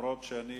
אף-על-פי שאני